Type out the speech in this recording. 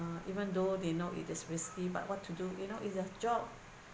~(uh) even though they know it is risky but what to do you know it's a job